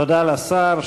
תודה לשר.